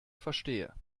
verstehe